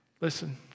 Listen